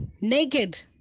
naked